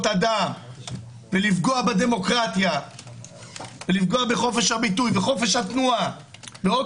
אדם ולפגוע בדמוקרטיה ובחופש הביטוי וחופש התנועה ועוד